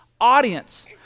audience